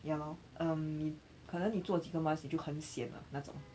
ya lor um 可能你做几个 months 你就很 sian 了那种